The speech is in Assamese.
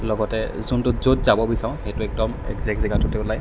লগতে যোনটোত য'ত যাব বিচাৰোঁ সেইটো একদম একজেক্ট জেগাটোতে ওলায়